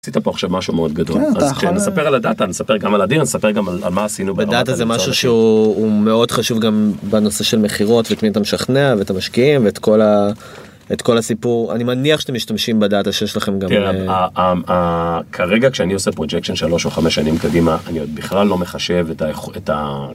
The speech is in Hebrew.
עשית פה משהו מאוד גדול נספר על הדאטה נספר גם על אדיר נספר גם על מה עשינו בדאטה זה משהו שהוא הוא מאוד חשוב גם בנושא של מכירות ותמיד המשכנע ואת המשקיעים ואת כל הסיפור אני מניח שאתם משתמשים בדאטה שיש לכם גם כרגע כשאני עושה פרוג'קשן שלוש או חמש שנים קדימה אני בכלל לא מחשב את.